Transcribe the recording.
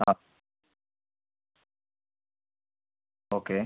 ആ ഓക്കെ